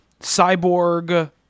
cyborg